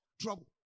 Trouble